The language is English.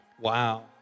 wow